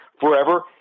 forever